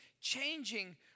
changing